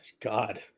God